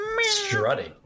strutting